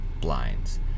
Blinds